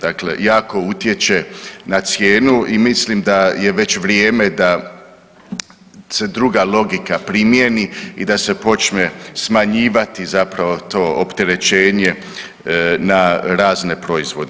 Dakle, jako utječe na cijenu i mislim da je već vrijeme da se druga logika primijeni i da se počne smanjivati zapravo to opterećenje na razne proizvode.